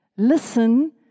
Listen